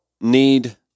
need